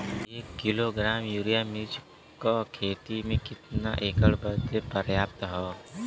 एक kilogram urea मिर्च क खेती में कितना एकड़ बदे पर्याप्त ह?